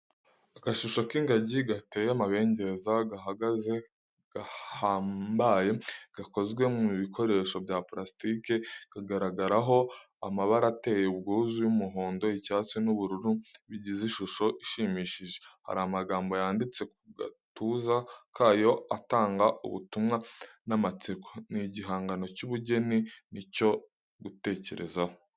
Agashusho k’ingagi gateye amabengeza gahagaze gahambaye, gakozwe mu bikoresho bya pulasitike. Kagaragaraho amabara ateye ubwuzu y’umuhondo, icyatsi n’ubururu, bigize ishusho ishimishije. Hari amagambo yanditse ku gatuza kayo, atanga ubutumwa n’amatsiko. Ni igihangano cy’ubugeni n’icyo gutekerezaho.